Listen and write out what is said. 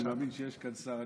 אני מאמין שיש כאן שר.